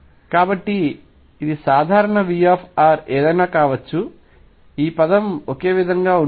కాబట్టి ఇది సాధారణ V ఏదైనా కావచ్చు ఈ పదం ఒకే విధంగా ఉంటుంది